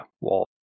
wall